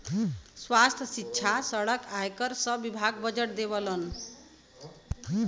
स्वास्थ्य, सिक्षा, सड़क, आयकर सब विभाग बजट देवलन